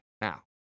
now